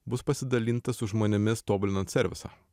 bus pasidalinta su žmonėmis tobulinant servisą